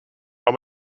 how